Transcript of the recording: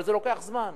אבל זה לוקח זמן.